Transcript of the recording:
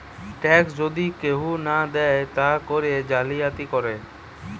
tax যদি কেহু না দেয় তা করে জালিয়াতি করে